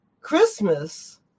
Christmas